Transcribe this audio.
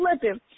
slipping